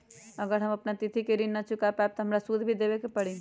अगर हम अपना तिथि पर ऋण न चुका पायेबे त हमरा सूद भी देबे के परि?